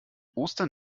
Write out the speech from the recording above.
ostern